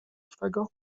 twego